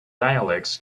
dialects